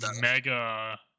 mega